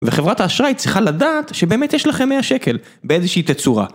וחברת האשראי צריכה לדעת שבאמת יש לכם 100 שקל באיזושהי תצורה.